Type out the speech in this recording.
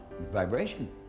Vibration